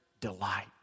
delight